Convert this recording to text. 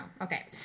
Okay